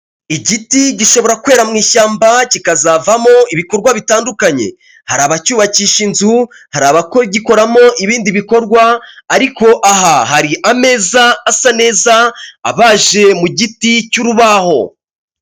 Igiti gishobora kwera mu ishyamba kikazavamo ibikorwa bitandukanye, hari abacyubakisha inzu, hari abagikoramo ibindi bikorwa ariko aha hari ameza asa neza abaje mu giti cy'urubaho.